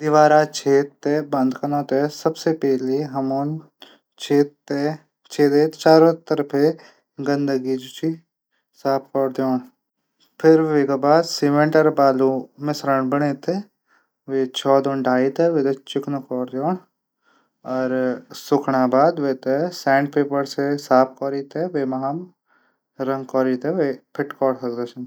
दीवार छेद थै बंद कनो तै सबसे पैली हमन छेद चारों तरफ गंदगी साफ कन फिर सिंमंट मिश्रण बणै तै वे चोल मा धोरी ते चिकना बणै सुखणो बाद सैंट पेपर से साफ कन।